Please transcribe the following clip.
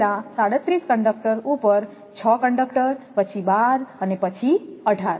પહેલા 37 કંડકટર ઉપર 6 કંડકટર પછી 12 અને પછી 18